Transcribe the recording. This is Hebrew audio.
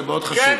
זה מאוד חשוב,